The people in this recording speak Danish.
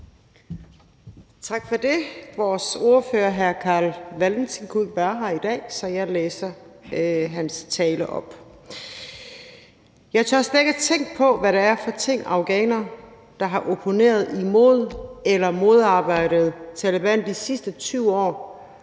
Tak for det. Vores ordfører hr. Carl Valentin kunne ikke være her i dag, så jeg læser hans tale op. Jeg tør slet ikke tænke på, hvad det er for ting, afghanere, der har opponeret imod eller modarbejdet Taleban de sidste 20 år,